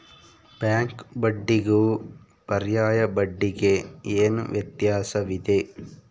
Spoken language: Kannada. ಬ್ಯಾಂಕ್ ಬಡ್ಡಿಗೂ ಪರ್ಯಾಯ ಬಡ್ಡಿಗೆ ಏನು ವ್ಯತ್ಯಾಸವಿದೆ?